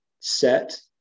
set